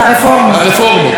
הרפורמות.